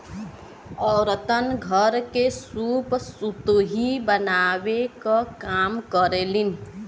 औरतन घर के सूप सुतुई बनावे क काम करेलीन